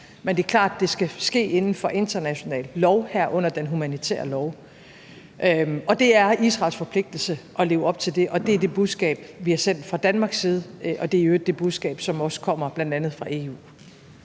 men det er klart, at det skal ske inden for international lov, herunder den humanitære lov. Og det er Israels forpligtelse at leve op til det, og det er det budskab, vi har sendt fra Danmarks side, og det er i øvrigt også det budskab, som kommer fra bl.a. EU.